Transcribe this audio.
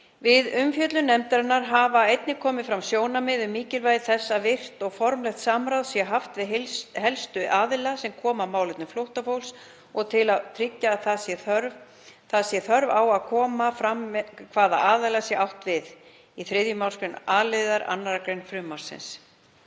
Við umfjöllun nefndarinnar hafa einnig komið fram sjónarmið um mikilvægi þess að virkt og formlegt samráð sé haft við helstu aðila sem koma að málefnum flóttafólks og til að tryggja það sé þörf á að það komi fram hvaða aðila átt sé við í 3. mgr. a-liðar 2. gr. frumvarpsins.